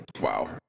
Wow